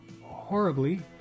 horribly